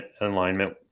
alignment